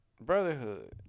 brotherhood